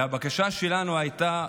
והבקשה שלנו הייתה ברורה: